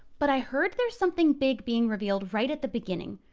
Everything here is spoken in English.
but i heard there's something big being revealed right at the beginning.